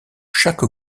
chaque